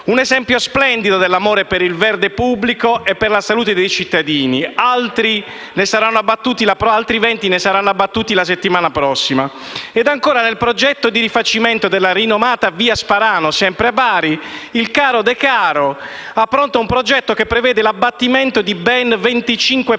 un esempio splendido dell'amore per il verde pubblico e per la salute dei cittadini. Altri venti alberi saranno abbattuti la settimana prossima. Ancora, nel progetto di rifacimento della rinomata via Sparano, sempre a Bari, il caro Decaro ha pronto un progetto che prevede l'abbattimento di ben 25 palme